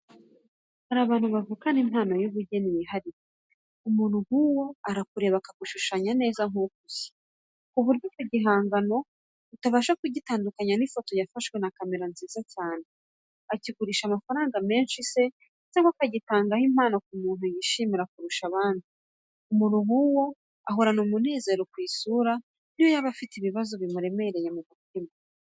Hari abantu bavukana impano y'ubugeni yihariye, umuntu nk'uwo arakureba, akagushushanya neza nk'uko usa, ku buryo icyo gihangano utabasha kugitandukanya n'ifoto yafashwe na kamera nziza cyane, akigurisha amafaranga menshi cyangwa se akagitangaho impano ku muntu yishimira kurusha abandi. Umuntu nk'uwo, ahorana umunezero ku isura n'iyo yaba afite ibibazo bimuremereye mu mutima.